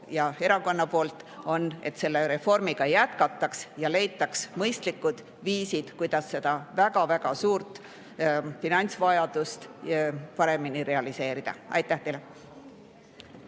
ja erakonna soov on, et selle reformiga jätkataks ja leitaks mõistlikud viisid, kuidas seda väga-väga suurt finantsvajadust paremini realiseerida. Aitäh teile!